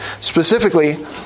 specifically